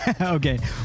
Okay